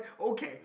okay